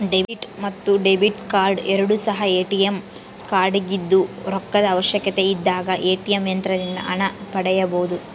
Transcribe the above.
debit ಮತ್ತು credit card ಎರಡು ಸಹ ಎ.ಟಿ.ಎಂ ಕಾರ್ಡಾಗಿದ್ದು ರೊಕ್ಕದ ಅವಶ್ಯಕತೆಯಿದ್ದಾಗ ಎ.ಟಿ.ಎಂ ಯಂತ್ರದಿಂದ ಹಣ ಪಡೆಯಬೊದು